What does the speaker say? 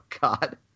God